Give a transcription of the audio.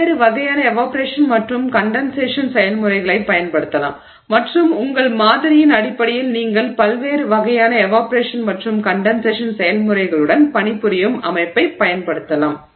பல்வேறு வகையான எவாப்பொரேஷன் மற்றும் கண்டென்சேஷன் செயல்முறைகளைப் பயன்படுத்தலாம் மற்றும் உங்கள் மாதிரியின் அடிப்படையில் நீங்கள் பல்வேறு வகையான எவாப்பொரேஷன் மற்றும் கண்டென்சேஷன் செயல்முறைகளுடன் பணிபுரியும் அமைப்பைப் பயன்படுத்தலாம்